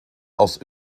aus